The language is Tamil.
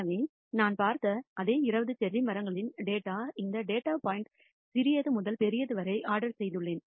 எனவே நான் பார்த்த அதே 20 செர்ரி மரங்களின் டேட்டா இந்த டேட்டா பாயிண்ட் சிறியது முதல் பெரியது வரை ஆர்டர் செய்துள்ளேன்